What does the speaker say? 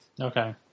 Okay